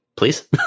Please